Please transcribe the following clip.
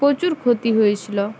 পচুর ক্ষতি হয়েছিলো